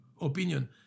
opinion